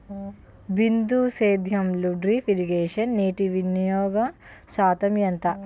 బిందు సేద్యంలో drip irrigation నీటివినియోగ శాతం ఎంత?